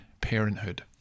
parenthood